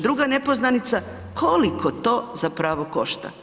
Druga nepoznanica koliko to zapravo košta.